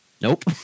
Nope